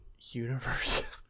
universe